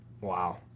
Wow